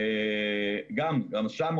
השר שלנו